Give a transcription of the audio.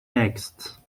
next